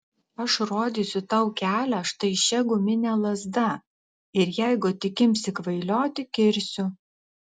aš rodysiu tau kelią štai šia gumine lazda ir jeigu tik imsi kvailioti kirsiu